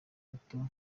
bato